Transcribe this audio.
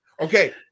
Okay